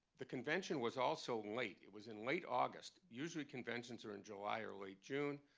the convention was also late. it was in late august. usually conventions are in july or late june,